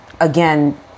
again